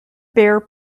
bare